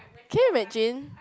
can you imagine